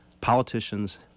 politicians